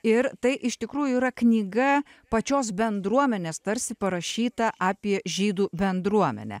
ir tai iš tikrųjų yra knyga pačios bendruomenės tarsi parašyta apie žydų bendruomenę